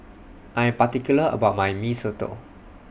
I Am particular about My Mee Soto